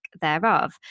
thereof